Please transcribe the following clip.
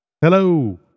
Hello